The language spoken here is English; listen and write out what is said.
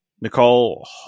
Nicole